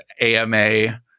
AMA